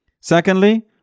Secondly